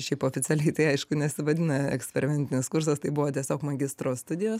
šiaip oficialiai tai aišku nesivadina eksperimentinis kursas tai buvo tiesiog magistro studijos